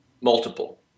multiple